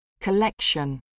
Collection